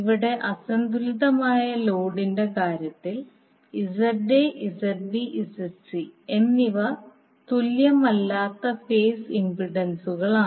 ഇവിടെ അസന്തുലിതമായ ലോഡിന്റെ കാര്യത്തിൽ ZA ZB ZC എന്നിവ തുല്യമല്ലാത്ത ഫേസ് ഇംപെൻഡൻസുകളാണ്